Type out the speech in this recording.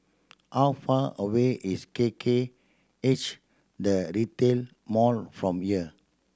how far away is K K H The Retail Mall from here